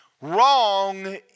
wrong